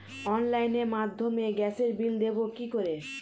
অনলাইনের মাধ্যমে গ্যাসের বিল দেবো কি করে?